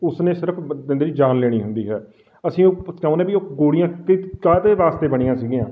ਉਸਨੇ ਸਿਰਫ ਬ ਬੰਦੇ ਦੀ ਜਾਨ ਲੈਣੀ ਹੁੰਦੀ ਹੈ ਅਸੀਂ ਉਹ ਚਾਹੁੰਦੇ ਵੀ ਉਹ ਗੋਲੀਆਂ ਕਾਹਦੇ ਵਾਸਤੇ ਬਣੀਆਂ ਸੀਗੀਆਂ